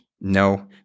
No